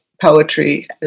poetry